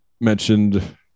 mentioned